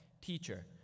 Teacher